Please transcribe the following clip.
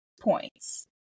points